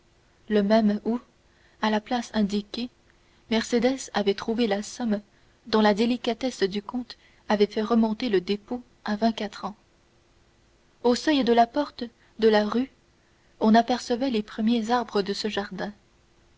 le même où à la place indiquée mercédès avait trouvé la somme dont la délicatesse du comte avait fait remonter le dépôt à vingt-quatre ans du seuil de la porte de la rue on apercevait les premiers arbres de ce jardin